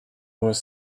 was